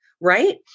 right